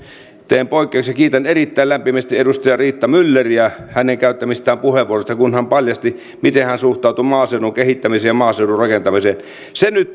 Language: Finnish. teen poikkeuksen ja kiitän erittäin lämpimästi edustaja riitta mylleriä hänen käyttämistään puheenvuoroista kun hän paljasti miten hän suhtautuu maaseudun kehittämiseen ja maaseudun rakentamiseen se nyt